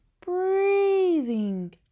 Breathing